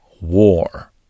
war